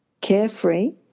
carefree